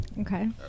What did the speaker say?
Okay